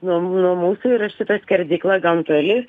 nuo mū nuo mūsų yra šita skerdykla gan toli